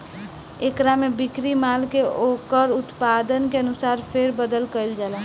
एकरा में बिक्री माल के ओकर उत्पादन के अनुसार फेर बदल कईल जाला